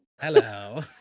Hello